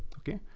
okay.